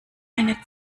eine